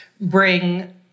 bring